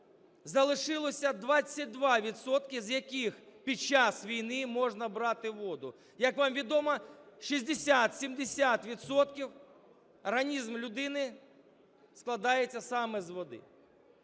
залишилося 22 відсотки, з яких під час війни можна брати воду. Як вам відомо, 60-70 відсотків організм людини складається саме з води.